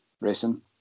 racing